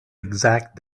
exact